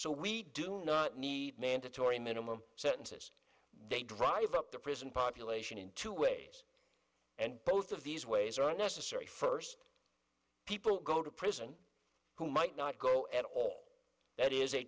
so we do not need mandatory minimum sentences they drive up the prison population in two ways and both of these ways are necessary first people go to prison who might not go and all that is a